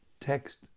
Text